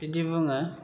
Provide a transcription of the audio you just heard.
बिदि बुङो